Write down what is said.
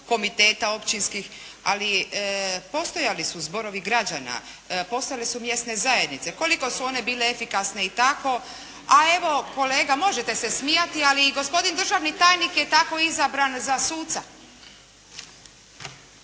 komiteta općinskih. Ali postojali su zborovi građana, postojale su mjesne zajednice, koliko su one bile efikasne i tako, a evo kolega možete se smijati ali i gospodin državni tajnik je tako izabran za suca.